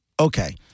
Okay